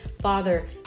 father